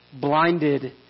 Blinded